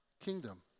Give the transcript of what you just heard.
kingdom